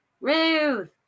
Ruth